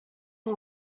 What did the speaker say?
who